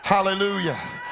Hallelujah